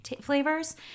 flavors